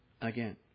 again